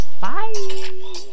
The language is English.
Bye